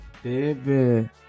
Baby